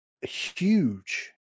huge